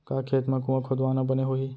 का खेत मा कुंआ खोदवाना बने होही?